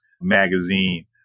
magazine